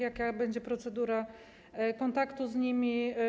Jaka będzie procedura kontaktu z nimi?